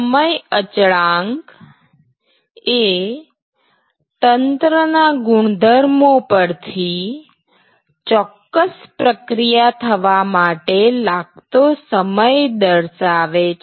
સમય અચળાંક એ તંત્ર ના ગુણધર્મો પરથી ચોક્કસ પ્રક્રિયા થવા માટે લાગતો સમય દર્શાવે છે